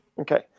Okay